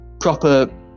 proper